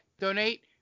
donate